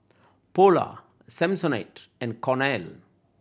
Polar Samsonite and Cornell